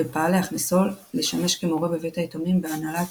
ופעל להכניסו לשמש כמורה בבית היתומים בהנהלת